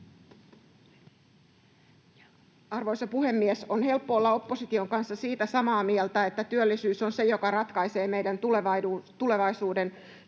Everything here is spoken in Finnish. Arvoisa puhemies! On helppo olla opposition kanssa samaa mieltä siitä, että työllisyys on se, joka ratkaisee meidän tulevaisuuden